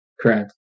Correct